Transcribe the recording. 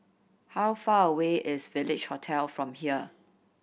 how far away is Village Hotel from here